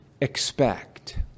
expect